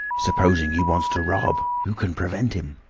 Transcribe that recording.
suppose he wants to rob who can prevent him?